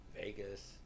Vegas